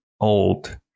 old